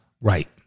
Right